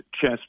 chess